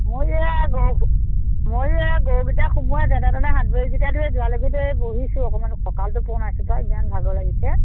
ময়ো এইয়া গৰুটো ময়ো এইয়া গৰুকেইটা সোমোৱাই যেনে তেনে হাত ভৰিকেইটা ধুই জোহালৰ গুৰিতে বহিছোঁ অকণমান কঁকালটো পোনাইছোঁ পাই ইমান ভাগৰ লাগিছে